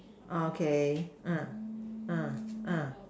okay en en en